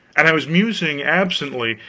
and i was musing absently,